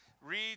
Read